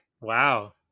Wow